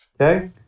Okay